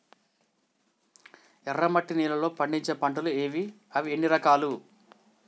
ఎర్రమట్టి నేలలో పండించే పంటలు ఏవి? అవి ఎన్ని రకాలు?